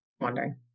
wondering